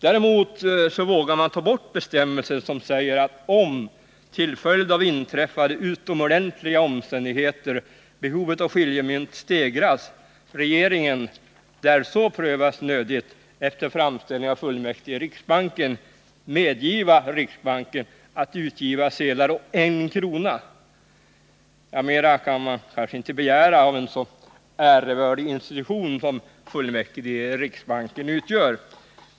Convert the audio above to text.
Däremot vågar man ta bort bestämmelsen som säger: ”Därjämte må, om till följd av inträffade utomordentliga omständigheter behovet av skiljemynt stegrats, regeringen, där så prövats nödigt, efter framställning av fullmäktige i riksbanken, medgiva riksbanken att utgiva sedlar å en krona.” Mera kan man kanske inte begära av en så ärevördig institution som fullmäktlige i riksbanken.